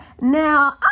Now